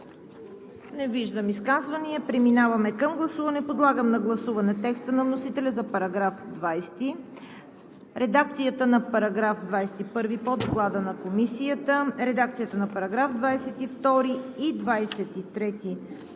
Не виждам. Преминаваме към гласуване. Подлагам на гласуване текста на вносителя за § 20; редакцията на § 21 по Доклада на Комисията; редакцията на параграфи 22 и 23